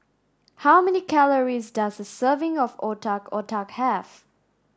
how many calories does a serving of Otak Otak have